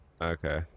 Okay